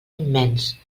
immens